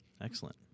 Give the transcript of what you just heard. Excellent